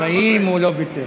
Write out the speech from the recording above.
בחיים הוא לא ויתר.